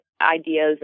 ideas